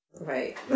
Right